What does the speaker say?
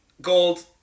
Gold